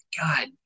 god